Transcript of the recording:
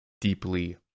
deeply